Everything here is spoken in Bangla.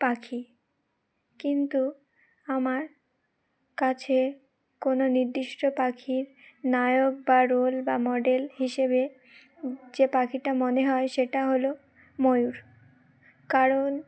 পাখি কিন্তু আমার কাছে কোনো নির্দিষ্ট পাখির নায়ক বা রোল বা মডেল হিসেবে যে পাখিটা মনে হয় সেটা হলো ময়ূর কারণ